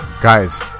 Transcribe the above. Guys